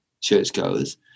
churchgoers